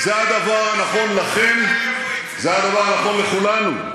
זה הדבר הנכון לכם, זה הדבר הנכון לכולנו.